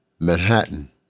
Manhattan